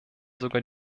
sogar